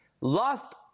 lost